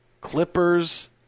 Clippers